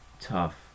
tough